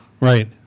right